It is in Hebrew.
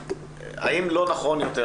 האם לא נכון יותר,